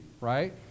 right